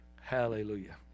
Hallelujah